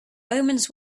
omens